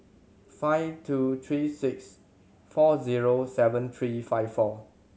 five two three six four zero seven three five four